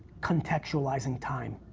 contextualizing time.